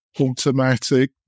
Automatic